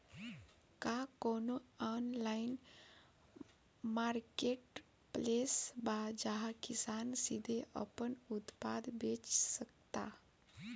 का कोनो online marketplace बा जहां किसान सीधे अपन उत्पाद बेच सकता?